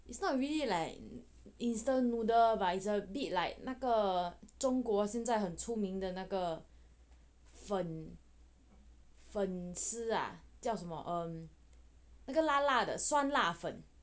it's not really like instant noodle but it's a bit like 那个中国现在很出名的那个粉粉丝啊叫什么嗯那个辣辣的酸辣粉